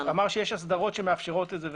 אמרת שיש הסדרות שמאפשרות את זה וכו',